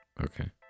Okay